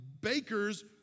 bakers